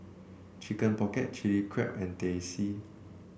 Chicken Pocket Chilli Crab and Teh C